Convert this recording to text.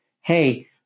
hey